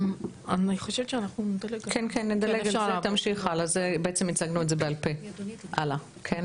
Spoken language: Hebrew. כדי